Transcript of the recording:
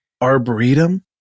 arboretum